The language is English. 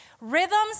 Rhythms